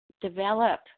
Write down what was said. develop